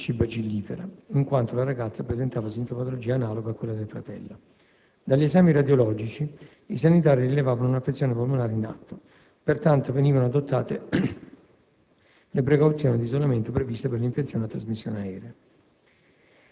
per TBC bacillifera, in quanto la ragazza presentava sintomatologia analoga a quella del fratello. Dagli esami radiologici, i sanitari rilevavano un'affezione polmonare in atto; pertanto, venivano adottate le precauzioni di isolamento previste per le infezioni a trasmissione aerea,